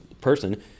person